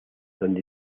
donde